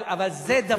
אבל זה דבר,